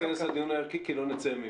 לא ניכנס לדיון הערכי כי לא נצא ממנו.